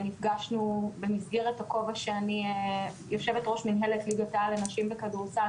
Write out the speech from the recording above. נפגשנו במסגרת הכובע שלי כיושבת-ראש מינהלת ליגת-העל לנשים בכדורסל,